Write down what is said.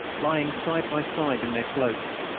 lying side by side in their cloaks,